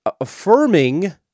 affirming